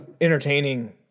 entertaining